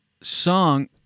Song